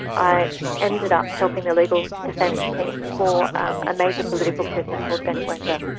i ended up helping the legal defence team for um a major political prisoner called benny wenda.